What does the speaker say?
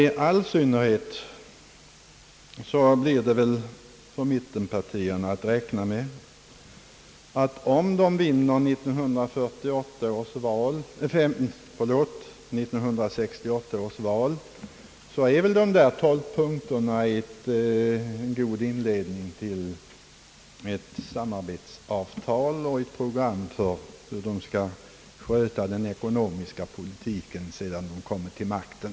I all synnerhet mittenpartierna får väl räkna med — om de vinner 1968 års val — att de tolv punkterna är en god inledning till ett samarbetsavtal och ett program för hur de skall sköta den ekonomiska politiken sedan de har kommit till makten.